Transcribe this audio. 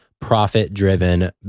profit-driven